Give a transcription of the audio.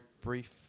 brief